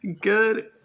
Good